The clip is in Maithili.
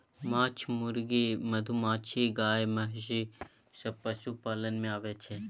माछ, मुर्गी, मधुमाछी, गाय, महिष सब पशुपालन मे आबय छै